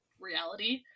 reality